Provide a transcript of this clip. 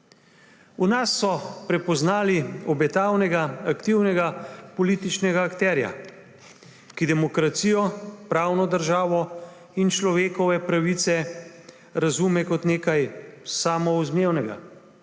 V nas so prepoznali obetavnega, aktivnega političnega akterja, ki demokracijo, pravno državo in človekove pravice razume kot nekaj samoumevnega,